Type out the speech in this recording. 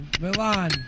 Milan